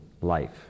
life